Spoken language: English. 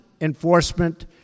enforcement